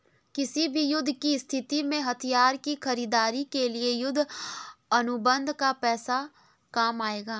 किसी भी युद्ध की स्थिति में हथियार की खरीदारी के लिए युद्ध अनुबंध का पैसा काम आएगा